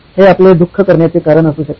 हे आपले दुःख करण्याचे कारण असू शकते